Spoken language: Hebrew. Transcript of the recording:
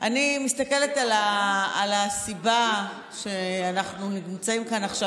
אני מסתכלת על הסיבה לכך שאנחנו נמצאים כאן עכשיו,